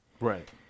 Right